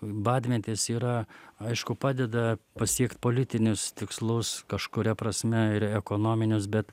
badmetis yra aišku padeda pasiekt politinius tikslus kažkuria prasme ir ekonominius bet